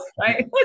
right